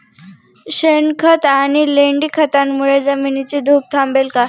शेणखत आणि लेंडी खतांमुळे जमिनीची धूप थांबेल का?